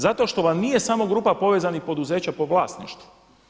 Zato što vam nije samo grupa povezanih poduzeća po vlasništvu.